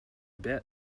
bit